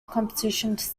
competitions